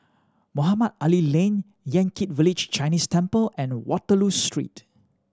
Mohamed Ali Lane Yan Kit Village Chinese Temple and Waterloo Street